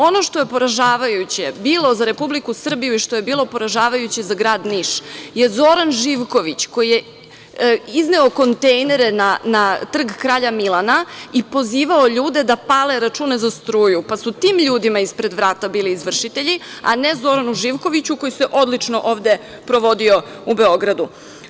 Ono što je poražavajuće bilo za Republiku Srbiju i što je bilo poražavajuće za grad Niš je Zoran Živković koji je izneo kontejnere na Trg kralja Milana i pozivao ljude da pale račune za struju, pa su tim ljudima ispred vrata bili izvršitelji, a ne Zoranu Živkoviću koji se odlično ovde provodio u Beogradu.